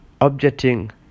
objecting